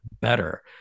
better